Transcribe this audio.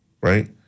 right